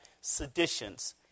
seditions